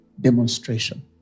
demonstration